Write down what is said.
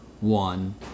one